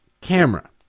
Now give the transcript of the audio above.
camera